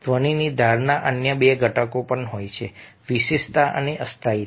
ધ્વનિની ધારણામાં અન્ય બે ઘટકો પણ હોય છે વિશેષતા અને અસ્થાયીતા